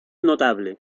notable